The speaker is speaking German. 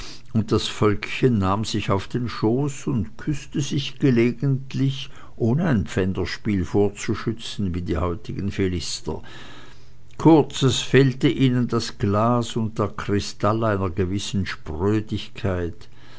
und das völkchen nahm sich auf den schoß und küßte sich gelegentlich ohne ein pfänderspiel vorzuschützen wie die heutigen philister kurz es fehlte ihnen das glas und der kristall einer gewissen sprödigkeit